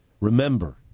Remember